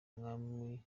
umwami